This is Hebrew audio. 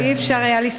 לא היה אפשר לשרוד.